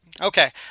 Okay